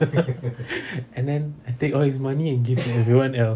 and then I take all his money and give everyone else